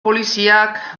poliziak